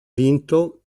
vinto